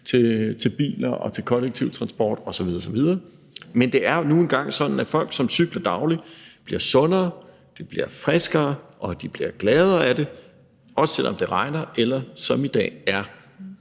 til biler og til kollektiv transport osv. osv. Men det er nu engang sådan, at folk, der cykler dagligt, bliver sundere, de bliver friskere, og de bliver gladere af det, også selv om det regner, eller når det som i dag er